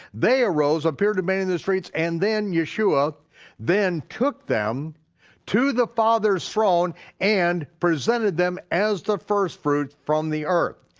they arose, appeared to many in the streets, and then yeshua then took them to the father's throne and presented them as the first fruit from the earth.